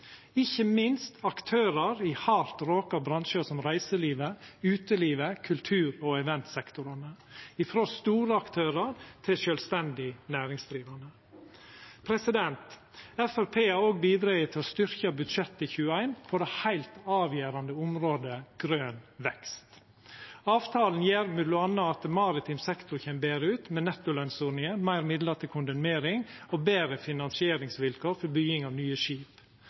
ikkje minst aktørar i hardt råka bransjar, som reiselivet, utelivet, kultur- og eventsektorane – frå storaktørar til sjølvstendig næringsdrivande. Framstegspartiet har òg bidrege til å styrkja budsjettet for 2021 på det heilt avgjerande området grøn vekst. Avtalen gjer m.a. at maritim sektor kjem betre ut – med nettolønsordninga, meir midlar til kondemnering og betre finansieringsvilkår for bygging av nye skip.